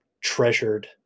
treasured